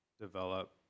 develop